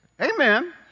Amen